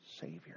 savior